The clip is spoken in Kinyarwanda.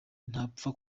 ntapfa